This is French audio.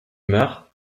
mare